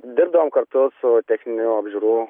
dirbdavom kartu su techninių apžiūrų